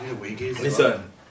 Listen